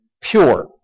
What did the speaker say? pure